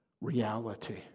reality